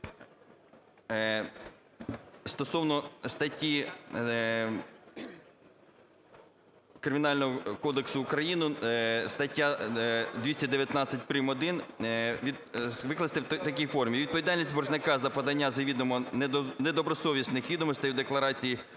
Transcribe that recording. Стосовно статті Кримінального кодексу України, стаття 219 прим.1, викласти в такій формі: "Відповідальність боржника за подання завідомо недостовірних відомостей у декларації